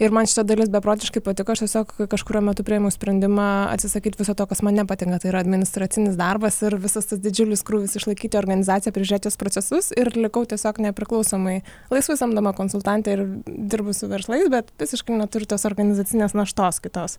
ir man šita dalis beprotiškai patiko aš tiesiog kažkuriuo metu priėmiau sprendimą atsisakyt viso to kas man nepatinka tai yra administracinis darbas ir visas tas didžiulis krūvis išlaikyti organizaciją prižiūrėti jos procesus ir likau tiesiog nepriklausomai laisvai samdoma konsultantė ir dirbu su verslais bet visiškai neturiu tos organizacinės naštos kitos